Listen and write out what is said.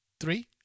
three